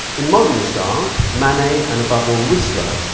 in modernist art, manet, and above all, whistler,